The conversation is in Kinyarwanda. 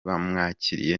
bamwakiriye